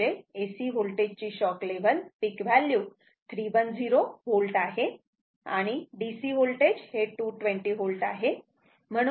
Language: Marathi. म्हणजे AC व्होल्टेजची shock level peak value 310 V आहे आणि DC होल्टेज हे 220V आहे